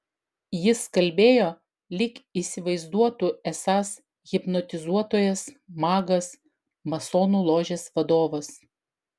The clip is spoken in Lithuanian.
jis kalbėjo lyg įsivaizduotų esąs hipnotizuotojas magas masonų ložės vadovas